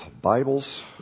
Bibles